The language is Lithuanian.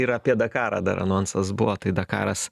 ir apie dakarą dar anonsas buvo tai dakaras